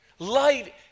Light